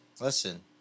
Listen